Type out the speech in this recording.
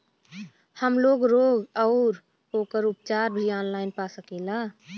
हमलोग रोग अउर ओकर उपचार भी ऑनलाइन पा सकीला?